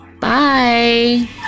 bye